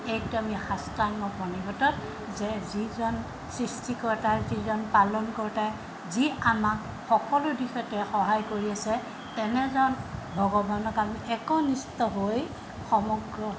সেইটো আমি সাষ্টাংগ প্ৰণিপাতত যে যিজন সৃষ্টিকৰ্তা যিজন পালনকৰ্তাই যি আমাক সকলো দিশতে সহায় কৰি আছে তেনেজন ভগৱানক আমি একনিষ্ট হৈ সমগ্ৰ